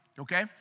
okay